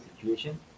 situation